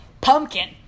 pumpkin